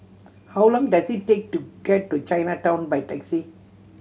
how long does it take to get to Chinatown by taxi